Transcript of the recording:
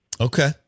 Okay